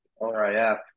RIF